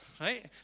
right